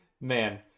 man